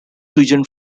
region